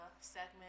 segment